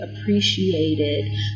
appreciated